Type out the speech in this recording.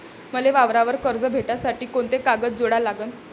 मले वावरावर कर्ज भेटासाठी कोंते कागद जोडा लागन?